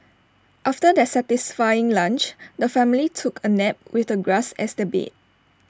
after their satisfying lunch the family took A nap with the grass as their bed